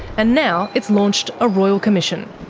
and now it's launched a royal commission.